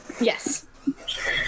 Yes